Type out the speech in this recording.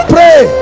Pray